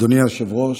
אדוני היושב-ראש,